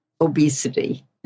obesity